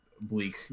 bleak